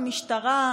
המשטרה,